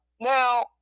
Now